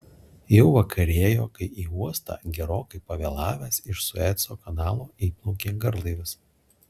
jau vakarėjo kai į uostą gerokai pavėlavęs iš sueco kanalo įplaukė garlaivis